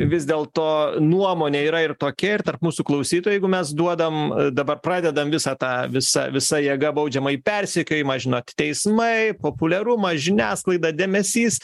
vis dėl to nuomonė yra ir tokia ir tarp mūsų klausytojų jeigu mes duodam dabar pradedam visą tą visa visa jėga baudžiamąjį persekiojimą žinot teismai populiarumą žiniasklaidą dėmesys